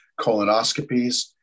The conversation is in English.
colonoscopies